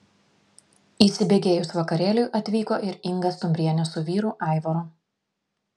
įsibėgėjus vakarėliui atvyko ir inga stumbrienė su vyru aivaru